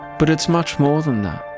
but it's much more than that.